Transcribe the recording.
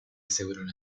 seguirono